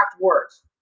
words